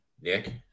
Nick